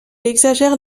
exagère